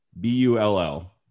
B-U-L-L